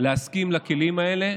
להסכים לכלים האלה,